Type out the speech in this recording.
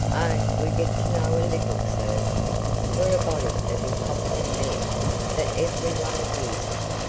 oh, we get to know a little, sir. we're a body of incompetent men that every one abuses,